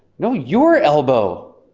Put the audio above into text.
no, your elbow!